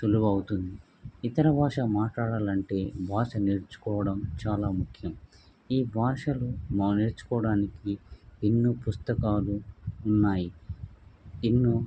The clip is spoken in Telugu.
సులువవుతుంది ఇతర భాష మాట్లాడాలంటే భాష నేర్చుకోవడం చాలా ముఖ్యం ఈ భాషలు మా నేర్చుకోవడానికి ఎన్నో పుస్తకాలు ఉన్నాయి ఎన్నో